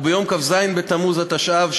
וביום כ"ז בתמוז התשע"ו,